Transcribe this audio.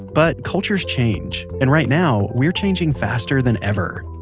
but cultures change, and right now we're changing faster than ever.